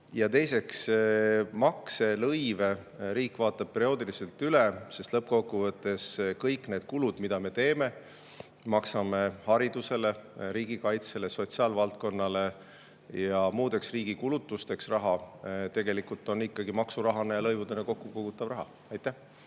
teiseks, makse ja lõive vaatab riik perioodiliselt üle, sest lõppkokkuvõttes kõik need kulud, mida me teeme, lähevad haridusele, riigikaitsele, sotsiaalvaldkonnale ja muudeks riigikulutusteks. See raha on tegelikult ikkagi maksude ja lõivudena kokku kogutav raha. Aitäh!